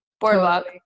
Boardwalk